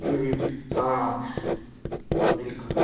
हम्म हँ हँ